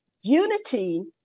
unity